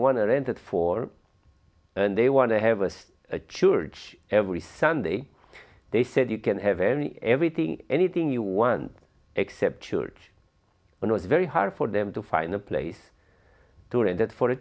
want to rent it for and they want to have us a church every sunday they said you can have any everything anything you want except church when i was very hard for them to find a place during that for